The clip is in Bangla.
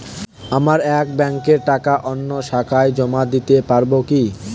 আমার এক ব্যাঙ্কের টাকা অন্য শাখায় জমা দিতে পারব কি?